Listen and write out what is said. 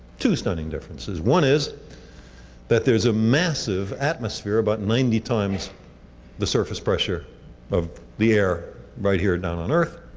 two stunning differences. one is that there is a massive atmosphere about ninety times the surface pressure of the air right here, down on earth.